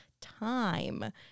time